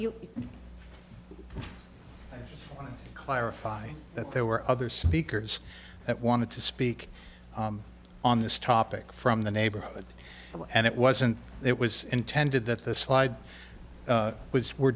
don't you clarify that there were other speakers that wanted to speak on this topic from the neighborhood and it wasn't it was intended that the slide was were